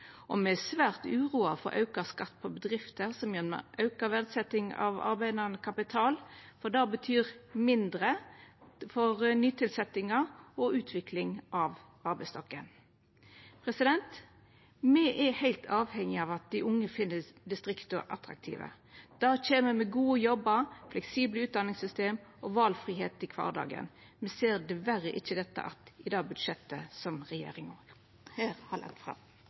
Og me er svært uroa for auka skatt på bedrifter, gjennom auka verdsetjing av arbeidande kapital, for det betyr mindre til nytilsetjingar og utvikling av arbeidsstokken. Me er heilt avhengige av at dei unge finn distrikta attraktive. Det kjem med gode jobbar, fleksible utdanningssystem og valfridom i kvardagen. Me ser diverre ikkje dette i det budsjettet som regjeringa har lagt fram.